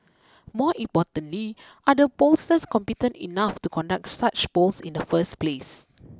more importantly are the pollsters competent enough to conduct such polls in the first place